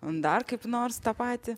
dar kaip nors tą patį